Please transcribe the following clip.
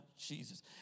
Jesus